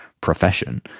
profession